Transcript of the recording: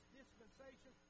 dispensation